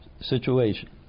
situation